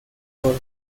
por